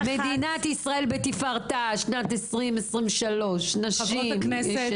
מדינת ישראל בתפארתה, שנת 2023. אנחנו